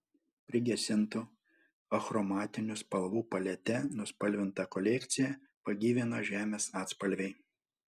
prigesintų achromatinių spalvų palete nuspalvintą kolekciją pagyvino žemės atspalviai